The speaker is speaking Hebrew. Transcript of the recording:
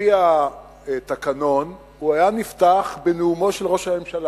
על-פי התקנון הוא היה נפתח בנאומו של ראש הממשלה.